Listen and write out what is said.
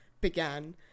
began